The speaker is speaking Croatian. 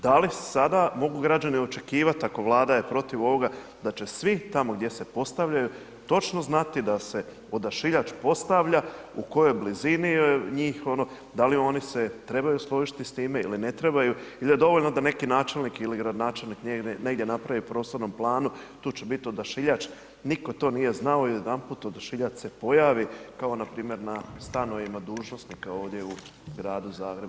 Da li sada mogu građani očekivati ako Vlada je protiv ovoga da će svi tamo gdje se postavljaju, točno znati da se odašiljač postavlja, u kojoj blizini je njih, da li oni se trebaju složiti s time ili ne trebaju i da je dovoljno da neki načelnik ili gradonačelnik negdje napravi u prostornom planu, tu će biti odašiljač, nitko to nije znao i odjedanput odašiljač se pojavi kao npr. na stanovima dužnosnika ovdje u gardu Zagrebu.